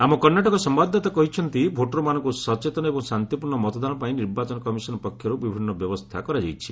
ଆମ କର୍ଷ୍ଣାଟକ ସମ୍ଭାଦଦାତା କହିଛନ୍ତି ଭୋଟରମାନଙ୍କୁ ସଚେତନ ଏବଂ ଶାନ୍ତିପୂର୍ଣ୍ଣ ମତଦାନ ପାଇଁ ନିର୍ବାଚନ କମିଶନ ପକ୍ଷରୁ ବିଭିନ୍ନ ବ୍ୟବସ୍ଥା କରାଯାଇଛି